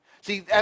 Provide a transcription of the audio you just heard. See